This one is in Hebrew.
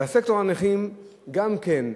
וסקטור הנכים גם כן,